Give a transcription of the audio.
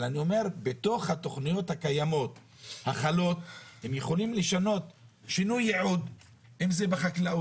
אבל בתוך התכניות הקיימות החלות הם יכולים לשנות את הייעוד בחקלאות,